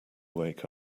wake